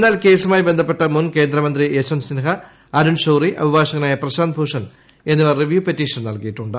എന്നാൽ കേസുമായി ബന്ധപ്പെട്ട് മുൻ കേന്ദ്രമന്ത്രി യശ്ചന്ത് സിൻഹ അരുൺ ഷോറി അഭിഭാഷകനായ പ്രശാന്ത് ഭൂഷൺ എന്നിവർ റിവ്യൂ പെറ്റീഷൻ നൽകിയിട്ടുണ്ട്